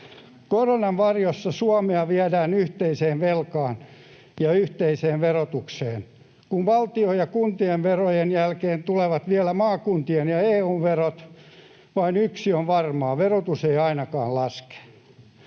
Koronan varjossa Suomea viedään yhteiseen velkaan ja yhteiseen verotukseen. Kun valtion ja kuntien verojen jälkeen tulevat vielä maakuntien ja EU:n verot, vain yksi on varmaa: verotus ei ainakaan laske.